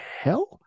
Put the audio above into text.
hell